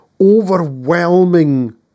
overwhelming